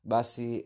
Basi